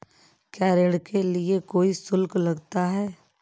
क्या ऋण के लिए कोई शुल्क लगता है?